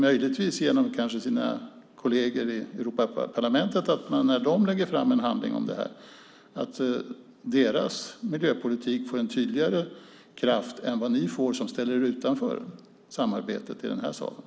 Möjligtvis kan Ulf Holms kolleger i Europaparlamentet lägga fram en miljöpolitik som får tydligare kraft än vad som blir fallet om man ställer sig utanför samarbetet i denna kammare.